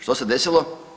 Što se desilo?